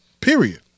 period